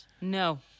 No